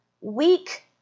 weak